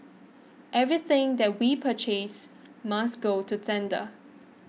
everything that we purchase must go to tender